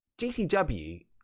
gcw